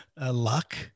Luck